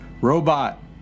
Robot